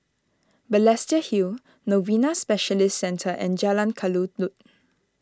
Balestier Hill Novena Specialist Centre and Jalan Kelulut